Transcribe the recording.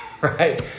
Right